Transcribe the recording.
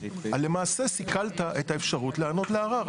למעשה סיכלת את האפשרות לענות לערר.